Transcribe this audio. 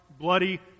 bloody